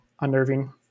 unnerving